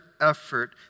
effort